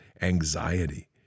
anxiety